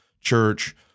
church